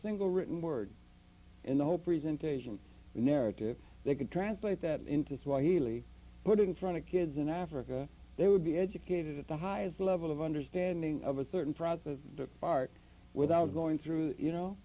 single written word in the whole presentation a narrative they could translate that into swahili put it in front of kids in africa they would be educated at the highest level of understanding of a certain process of the heart without going through you know